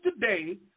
today